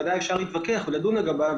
בוודאי אפשר להתווכח ולדון לגבי האיזון הזה,